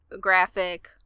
graphic